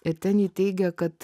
ir ten ji teigė kad